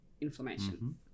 inflammation